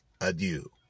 adieu